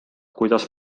kuidas